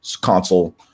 console